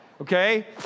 okay